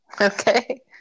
Okay